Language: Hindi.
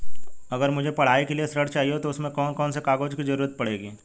अगर मुझे पढ़ाई के लिए ऋण चाहिए तो उसमें कौन कौन से कागजों की जरूरत पड़ेगी?